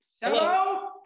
hello